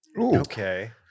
Okay